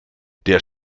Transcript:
der